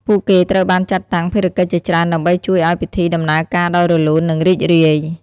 ពួកគេត្រូវបានចាត់តាំងភារកិច្ចជាច្រើនដើម្បីជួយឱ្យពិធីដំណើរការដោយរលូន និងរីករាយ។